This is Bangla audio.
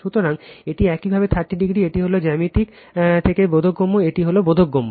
সুতরাং এটি একইভাবে 30o এটি সরল জ্যামিতি থেকে বোধগম্য এটি বোধগম্য